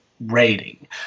Rating